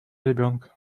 ребёнка